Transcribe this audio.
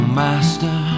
master